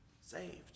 saved